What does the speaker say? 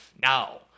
now